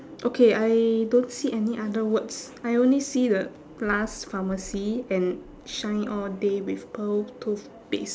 okay I don't see any other words I only see the last pharmacy and shine all day with pearl toothpaste